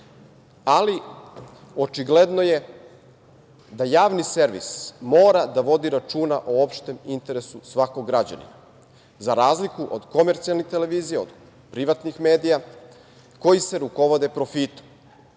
Ali, očigledno je da javni servis mora da vodi računa o opštem interesu svakog građanina, za razliku od komercijalni televizija, od privatnih medija, koji se rukovode profitom.